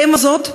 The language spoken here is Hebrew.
לאם הזאת,